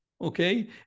okay